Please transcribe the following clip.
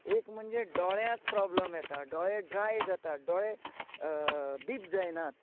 एक म्हणजे डोळ्यांत प्रोब्लम येता दोळे ड्राय जातात दोळे बिब जायनात